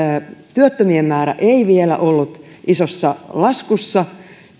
mien määrä ei vielä ollut isossa laskussa